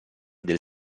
del